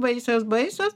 baisios baisios